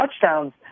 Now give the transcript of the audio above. touchdowns